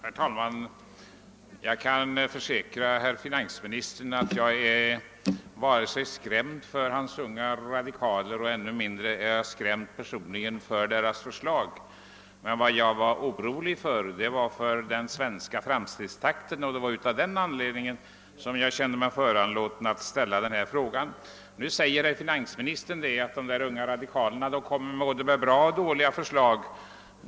Herr talman! Jag kan försäkra herr finansministern att jag inte är skrämd av hans unga radikaler och att jag är ännu mindre skrämd av deras förslag. Däremot är jag orolig för den svenska framstegstakten, och det var av den anledningen som jag kände mig föranlåten att ställa min fråga. Finansministern säger att de unga radikalerna kommer med både bra och dåliga förslag.